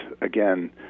again